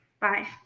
Bye